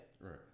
Right